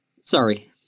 Sorry